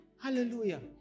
Hallelujah